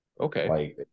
Okay